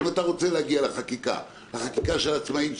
אם אתה רוצה להגיע לחקיקה על העצמאים,